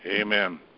Amen